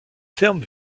terme